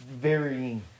varying